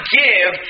give